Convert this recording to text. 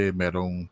merong